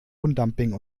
lohndumping